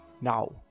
now